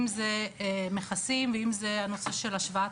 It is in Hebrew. אם זה מכסים ואם זה הנושא של השוואת